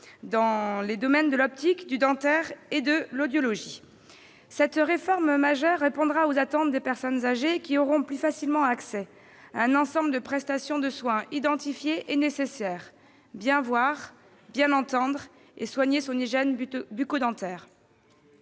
dans les domaines de l'optique, du dentaire et de l'audiologie. Cette dernière réforme, majeure, répondra aux attentes des personnes âgées, qui auront plus facilement accès à un ensemble de prestations de soins identifiées et nécessaires : bien voir, bien entendre et soigner son hygiène bucco-dentaire.